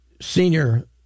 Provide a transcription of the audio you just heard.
senior